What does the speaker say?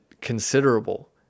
considerable